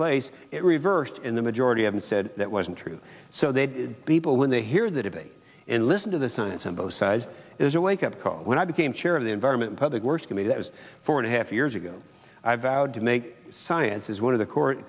place it reversed and the majority of them said that wasn't true so they people when they hear that if a and listen to the science on both sides is a wake up call when i became chair of the environment public works committee that was four and a half years ago i vowed to make science as one of the court